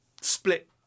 split